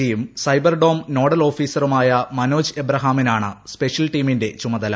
ജിയും cyber dome nodal ഓഫീസറുമായ മനോജ് എബ്രഹാമിനാണ് സ്പെഷ്യൽ ടീമിന്റെ ചുമതല